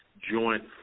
joint